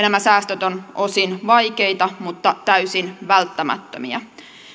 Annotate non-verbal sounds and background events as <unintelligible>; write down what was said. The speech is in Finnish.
<unintelligible> nämä säästöt ovat osin vaikeita mutta täysin välttämättömiä